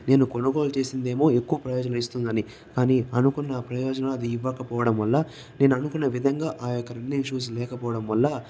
నేను కొనుగోలు చేసిందేమో ఎక్కువ ప్రయోజనం ఇస్తుందని కానీ అనుకున్న ప్రయోజనం అది ఇవ్వకపోవడం వల్ల నేను అనుకున్న విధంగా ఆ యొక్క రన్నింగ్ షూస్ లేకపోవడం వల్ల